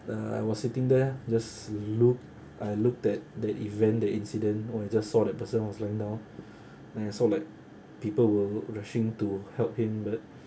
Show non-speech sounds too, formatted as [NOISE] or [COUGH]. uh I was sitting there just looked I looked at the event the incident oh I just saw that person was lying down [BREATH] then I saw like people were rushing to help him but